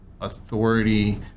authority